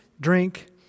drink